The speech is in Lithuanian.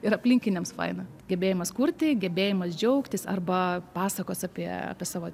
ir aplinkiniams faina gebėjimas kurti gebėjimas džiaugtis arba pasakos apie savo